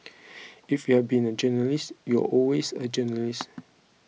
if you've been a journalist you're always a journalist